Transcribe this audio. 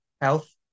health